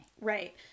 Right